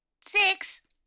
Six